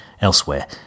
Elsewhere